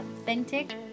authentic